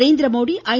Narendra Modi ஐ